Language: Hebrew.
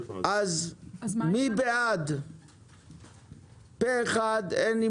מי בעד פרט 1 לתוספת הארבע-עשרה?